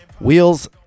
Wheels